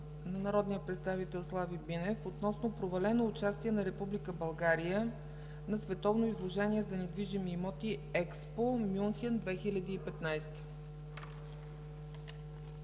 на народния представител Слави Бинев относно провалено участие на Република България на световно изложение за недвижими имоти „Експо Мюнхен 2015”.